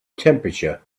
temperature